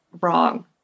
wrong